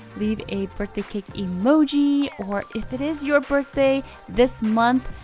leave a birthday cake emoji, or if it is your birthday this month,